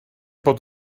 bod